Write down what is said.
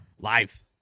live